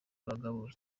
abagabo